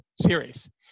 series